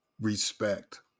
respect